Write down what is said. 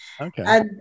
Okay